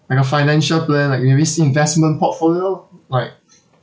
like a financial plan like maybe is investment portfolio like